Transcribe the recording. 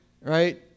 right